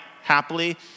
happily